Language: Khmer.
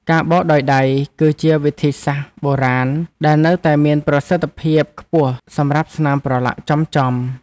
ការបោកដោយដៃ គឺជាវិធីសាស្ត្របុរាណដែលនៅតែមានប្រសិទ្ធភាពខ្ពស់សម្រាប់ស្នាមប្រឡាក់ចំៗ។